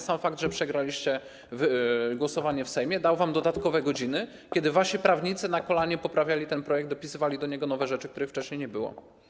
Sam fakt, że przegraliście głosowanie w Sejmie, dał wam dodatkowe godziny, kiedy wasi prawnicy na kolanie poprawiali ten projekt, dopisywali do niego nowe rzeczy, których wcześniej nie było.